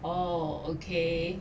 oh okay